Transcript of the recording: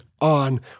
on